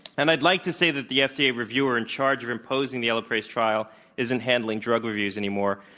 and i'd like to say that the fda reviewer in charge of imposing the elaprase trial isn't handling drug reviews anymore,